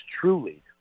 truly